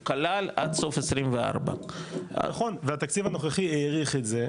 הוא כלל עד סוף 24. נכון והתקציב הנוכחי האריך את זה,